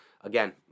again